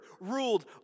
ruled